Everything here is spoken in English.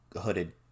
hooded